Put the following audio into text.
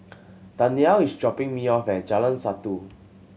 Danyelle is dropping me off at Jalan Satu